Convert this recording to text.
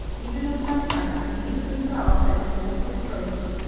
even though sometimes the meetings themselves had been wofully prosy.